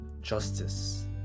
justice